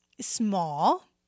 small